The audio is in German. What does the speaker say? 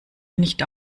nicht